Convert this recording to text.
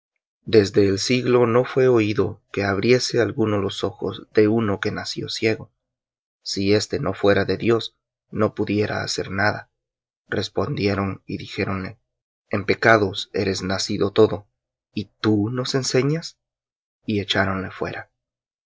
desde el siglo no fué oído que abriese alguno los ojos de uno que nació ciego si éste no fuera de dios no pudiera hacer nada respondieron y dijéronle en pecados eres nacido todo y tú nos enseñas y echáronle fuera